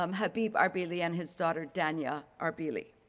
um habeeb arbeely and his daughter dania arbeely.